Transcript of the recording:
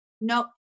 Nope